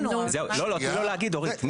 לא, תני לו להגיד, אורית.